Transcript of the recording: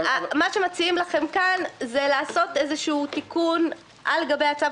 מה שמציעים לכם כאן הוא לעשות איזשהו תיקון על גבי הצו